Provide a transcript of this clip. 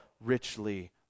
richly